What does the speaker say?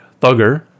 Thugger